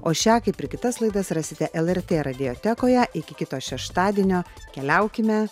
o šią kaip ir kitas laidas rasite lrt radiotekoje iki kito šeštadienio keliaukime